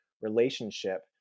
relationship